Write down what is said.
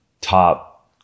top